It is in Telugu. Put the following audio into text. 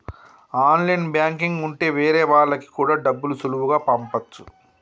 ఆన్లైన్ బ్యాంకింగ్ ఉంటె వేరే వాళ్ళకి కూడా డబ్బులు సులువుగా పంపచ్చు